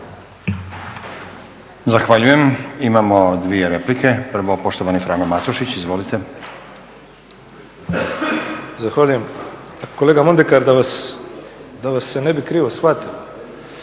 Zahvaljujem. Imamo dvije replike. Prvo poštovani Frano Matušić. Izvolite. **Matušić, Frano (HDZ)** Zahvaljujem. Kolega Mondekar, da vas se ne bi krivo shvatilo,